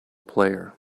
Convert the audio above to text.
player